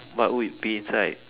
what would be inside